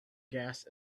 gas